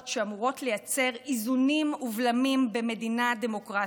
שאמורות לייצר איזונים ובלמים במדינה דמוקרטית,